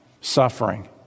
suffering